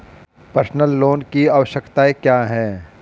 Personal loan की आवश्यकताएं क्या हैं?